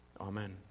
Amen